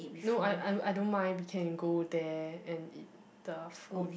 no I I I don't mind we can go there and eat the food